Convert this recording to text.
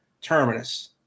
Terminus